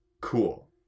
Cool